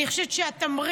אני חושבת שהתמריץ,